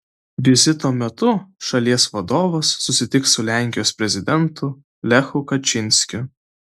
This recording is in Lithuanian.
vizito metu šalies vadovas susitiks su lenkijos prezidentu lechu kačynskiu